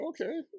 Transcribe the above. okay